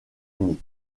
uni